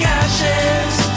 ashes